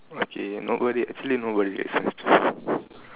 okay not worth it actually not worth it